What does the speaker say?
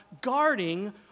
guarding